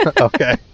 okay